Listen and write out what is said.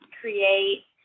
create